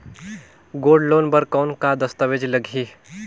Gold loan बर कौन का दस्तावेज लगही?